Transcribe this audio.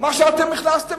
מה שאתם הכנסתם